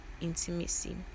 intimacy